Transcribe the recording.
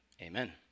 amen